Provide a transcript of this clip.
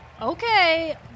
Okay